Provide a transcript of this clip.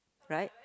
right